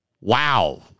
Wow